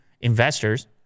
investors